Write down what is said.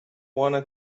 wanna